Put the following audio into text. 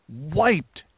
wiped